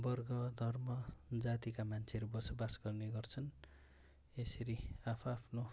वर्ग धर्म जातिका मान्छेहरू बसोबास गर्नेगर्छन् यसरी आफआफ्नो